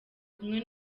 kumwe